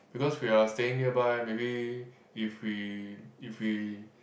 because we're staying nearby maybe if we if we